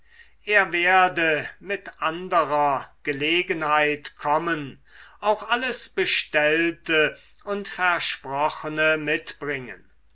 er werde mit anderer gelegenheit kommen auch alles bestellte und versprochene mitbringen